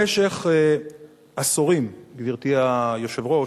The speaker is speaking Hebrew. במשך עשורים, גברתי היושבת-ראש,